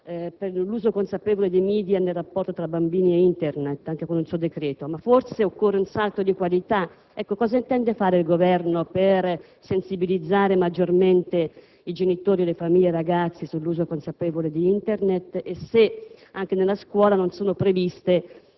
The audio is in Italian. per l'uso consapevole dei *media* nel rapporto tra bambini e Internet, ma forse occorre un salto di qualità. Chiedo cosa intende fare il Governo per sensibilizzare maggiormente i genitori, le famiglie e i ragazzi sull'uso consapevole di Internete se anche nella scuola non siano previste